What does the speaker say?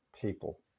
people